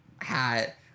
hat